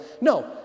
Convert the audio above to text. No